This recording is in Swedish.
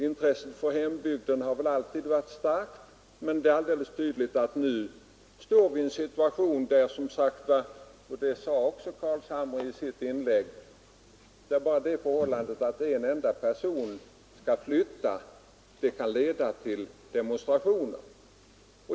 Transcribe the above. Intresset för hembygden har väl alltid varit starkt, men det är alldeles tydligt att vi nu står i en situation — och det sade också herr Carlshamre i sitt inlägg — där det förhållandet att en enda person måste flytta kan leda till demonstrationer.